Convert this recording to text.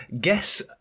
guess